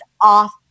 off